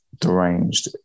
deranged